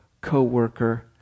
co-worker